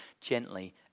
gently